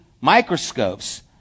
microscopes